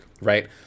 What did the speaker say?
Right